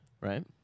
right